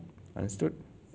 understood